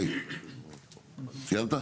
סיימת?